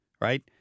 right